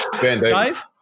Dave